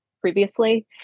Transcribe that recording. previously